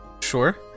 Sure